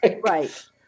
right